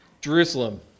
Jerusalem